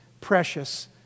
precious